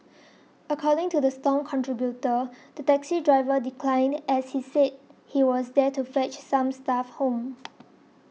according to the Stomp contributor the taxi driver declined as he said he was there to fetch some staff home